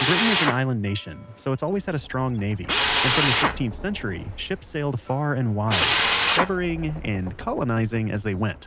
britain is an island nation, so has always had a strong navy and from the sixteenth century, ships sailed far and wide, discovering and colonizing as they went.